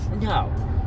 No